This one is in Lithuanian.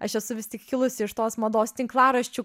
aš esu vis tik kilusi iš tos mados tinklaraščių